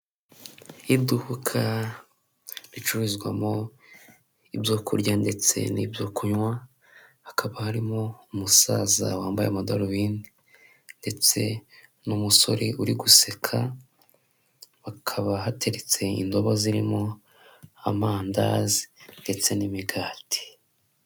Iduka ricuruzwamo ibyo kurya ndetse n'ibyo kunywa, hakaba harimo umusaza wambaye amadarubindi ndetse n'umusore uri guseka, hakaba hateretse indobo zirimo amandazi ndetse n'imigati.